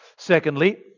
Secondly